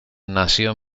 nació